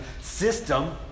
system